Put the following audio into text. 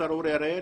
השר אורי אריאל.